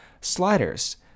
sliders